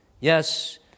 Yes